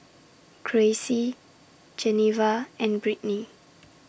Gracie Geneva and Brittnie